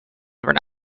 never